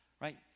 right